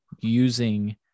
using